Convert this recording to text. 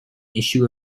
issue